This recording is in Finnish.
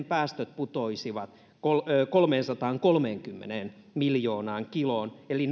päästöt putoaisivat kolmeensataankolmeenkymmeneen miljoonaan kiloon eli